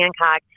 Hancock